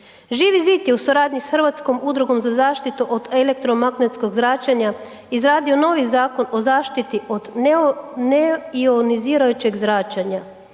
Živi zid je u suradnji sa Hrvatskom udrugom za zaštitu od elektromagnetskog zračenja izradio novi Zakon o zaštiti od neionizirajućeg zračenja